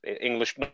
English